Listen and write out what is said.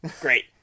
Great